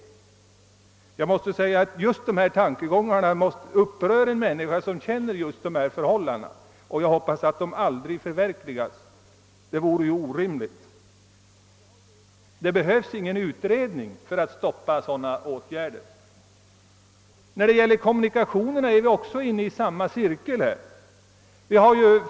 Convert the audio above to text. Sådana tankegångar som framförts av vägmyndigheterna upprör den som känner till förhållandena, och jag hoppas att planerna aldrig kommer att förverkligas; det behövs ingen utredning för att stoppa dem. När det gäller kommunikationerna är vi inne i samma cirkel.